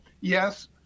yes